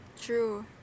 true